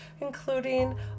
including